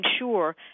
ensure